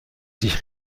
sich